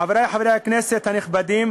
חברי חברי הכנסת הנכבדים,